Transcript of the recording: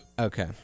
Okay